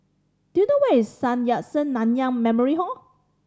do you know where is Sun Yat Sen Nanyang Memorial Hall